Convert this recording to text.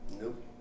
Nope